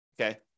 okay